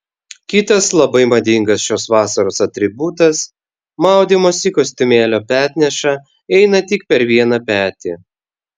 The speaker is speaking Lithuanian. kitas labai madingas šios vasaros atributas maudymosi kostiumėlio petneša eina tik per vieną petį